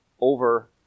over